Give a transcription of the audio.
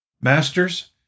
Masters